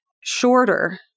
shorter